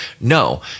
no